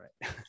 Right